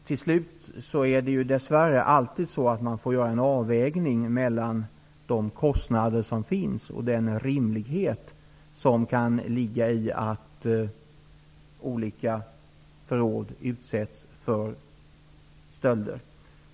Till slut är det dess värre alltid så att man får göra en avvägning mellan de kostnader som finns och den rimlighet som kan ligga i att olika förråd utsätts för stölder.